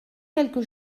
quelque